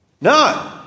No